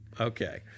Okay